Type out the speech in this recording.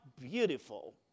beautiful